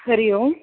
Hari Om